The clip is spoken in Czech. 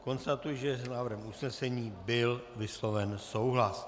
Konstatuji, že s návrhem usnesení byl vysloven souhlas.